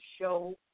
show